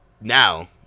now